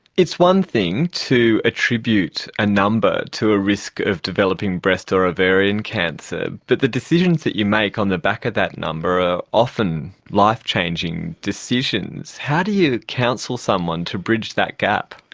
it's one thing to attribute a number to a risk of developing breast or ovarian cancer, but the decisions that you make on the back of that number are often life-changing decisions. how do you counsel someone to bridge that gap?